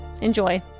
Enjoy